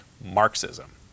Marxism